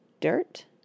DIRT